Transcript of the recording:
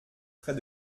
près